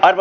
asia